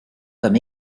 comme